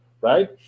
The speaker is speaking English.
right